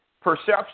perception